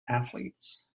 athletes